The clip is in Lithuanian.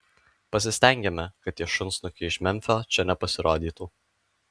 pasistengėme kad tie šunsnukiai iš memfio čia nepasirodytų